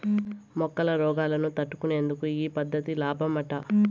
మొక్కల రోగాలను తట్టుకునేందుకు ఈ పద్ధతి లాబ్మట